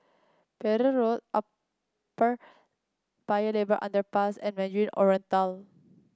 Pereira Road Upper Paya Lebar Underpass and Mandarin Oriental